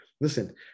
listen